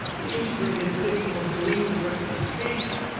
an integrated system of belief and representation.